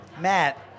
Matt